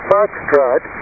Foxtrot